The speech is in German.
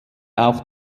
auch